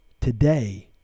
today